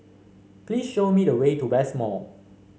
please show me the way to West Mall